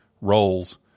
roles